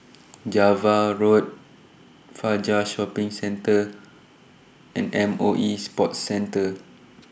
Java Road Fajar Shopping Centre and M O E Sports Centre